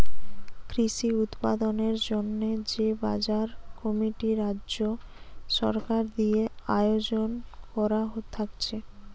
কৃষি উৎপাদনের জন্যে যে বাজার কমিটি রাজ্য সরকার দিয়ে আয়জন কোরা থাকছে